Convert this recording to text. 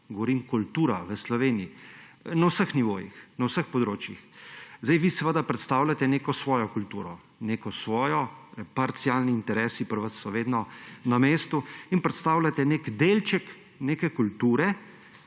govorim o kulturi v Sloveniji na vseh nivojih, na vseh področjih. Zdaj vi seveda predstavljate neko svojo kulturo, parcialni interesi pri vas so vedno na mestu, in predstavljate nek delček neke kulture,